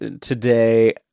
today